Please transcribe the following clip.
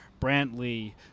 Brantley